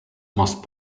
must